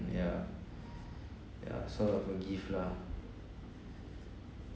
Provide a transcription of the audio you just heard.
yeah yeah sort of a gift lah